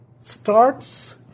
starts